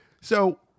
so-